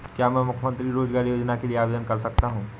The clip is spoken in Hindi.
क्या मैं मुख्यमंत्री रोज़गार योजना के लिए आवेदन कर सकता हूँ?